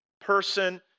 person